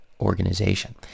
organization